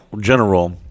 general